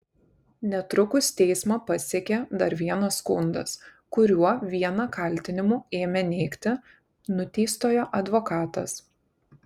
netrukus teismą pasiekė dar vienas skundas kuriuo vieną kaltinimų ėmė neigti nuteistojo advokatas